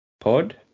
pod